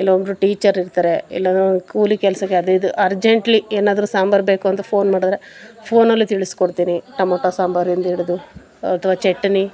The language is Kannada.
ಇಲ್ಲ ಒಬ್ಬರು ಟೀಚರ್ ಇರ್ತಾರೆ ಇಲ್ಲಂದ್ರೆ ಒಂದು ಕೂಲಿ ಕೆಲಸಕ್ಕೆ ಅದು ಇದು ಅರ್ಜೇಂಟ್ಲಿ ಏನಾದರೂ ಸಾಂಬಾರು ಬೇಕು ಅಂತ ಫೋನ್ ಮಾಡಿದ್ರೆ ಫೋನಲ್ಲಿ ತಿಳಿಸ್ಕೊಡ್ತೀನಿ ಟಮೋಟೊ ಸಾಂಬಾರಿಂದ ಹಿಡ್ದು ಅಥ್ವಾ ಚಟ್ನಿ